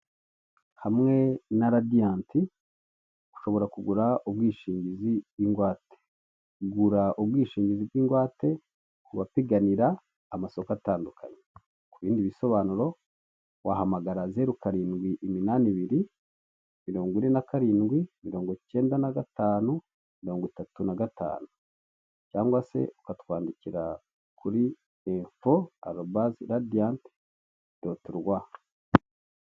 Hamwe na radianti ushobora kugura ubwishingizi bw'ingwate kugura ubwishingizi bw'ingwate ku bapiganira amasoko atandukanye ku bindi bisobanuro wahamagara zeru karindwi iminani ibiri mirongo ine na karindwi mirongo icyenda na gatanu mirongo itatu na gatanu cyangwa se ukatwandikira kuri info@radianti.rw.